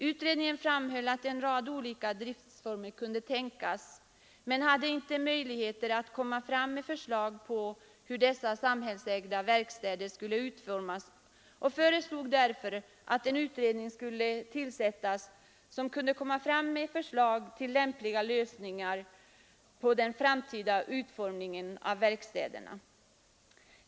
Den framhöll att en rad olika driftsformer kunde tänkas. Men utredningen hade inte möjlighet att lägga fram förslag på hur dessa samhällsägda verkstäder skulle utformas. Den föreslog därför att en ny utredning skulle få i uppdrag att söka finna lämpliga lösningar på den framtida utformningen av dessa verkstäder.